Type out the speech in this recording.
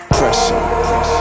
pressure